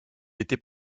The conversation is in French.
était